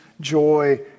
joy